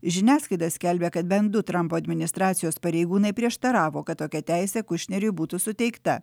žiniasklaida skelbia kad bent du trampo administracijos pareigūnai prieštaravo kad tokia teisė kušneriui būtų suteikta